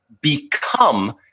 become